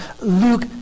Luke